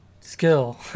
skill